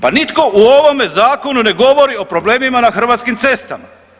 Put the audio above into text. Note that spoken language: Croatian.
Pa nitko u ovome zakonu ne govori o problemima na hrvatskim cestama.